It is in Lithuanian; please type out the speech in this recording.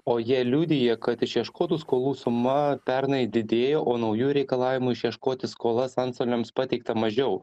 o jie liudija kad išieškotų skolų suma pernai didėjo o naujų reikalavimų išieškoti skolas antstoliams pateikta mažiau